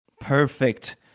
Perfect